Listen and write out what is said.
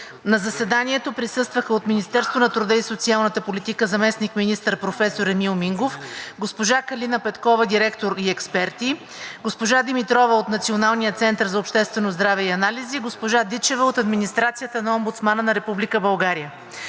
На заседанието присъстваха: от Министерството на труда и социалната политика – заместник-министър професор Емил Мингов, госпожа Калина Петкова – директор, и експерти; госпожа Димитрова от Националния център за обществено здраве и анализи, госпожа Дичева от администрацията на Омбудсмана на Република България.